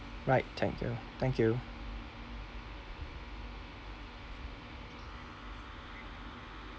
right thank you thank you